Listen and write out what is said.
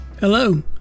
Hello